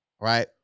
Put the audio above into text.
right